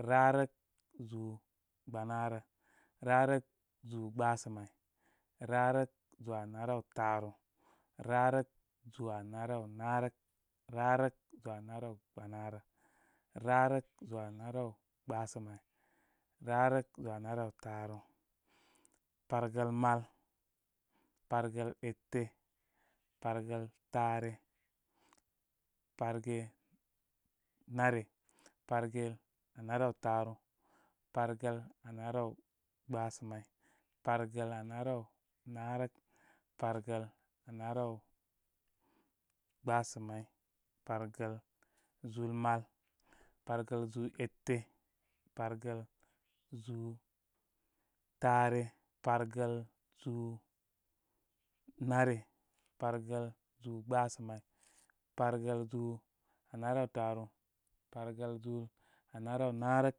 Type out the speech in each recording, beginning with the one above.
Rarək zúú gbanaarə, rarak zúú gbasamay, rarək zúú anaraw taaru, rarək zúú anaraw naarək, rarək zúú anaraw banaarə, rarək zúú anaraw gbasamay, rarək zúú anaraw taaru, pargəl mal pargal ete, pargal taare parge naure, parge anaw taaru, pargəl anaraw gba sa may, pargəl anarawnaa rək, pargəl runaraw gba samay, pargə i zúú mal. Pargəl zúú ete pawgə zúú taare, pargəl zúú naare, pargəl zúú gbasamay, pargəl zúú anaraw taaru, pargəl zúú anaraw naarək,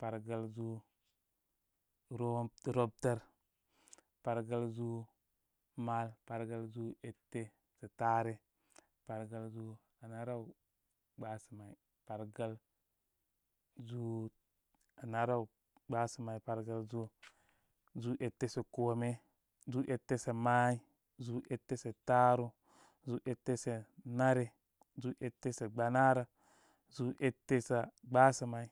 pargəl zúú rwabdər. Pargəl zúú may, pargəl zu ete, zúú taare, pargəl zúú anara wgbasa may, pargəl zúú anaraw gbasa may, pargəl zúú, zúú ete sa kome zúú ete sa may, zúú ete sa taaru, zúú ete sa naare, zúú ete sá gbanaarə, zúú ete sa gba sa may.